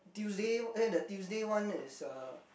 Tuesday eh the Tuesday one is uh